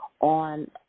on